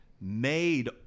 made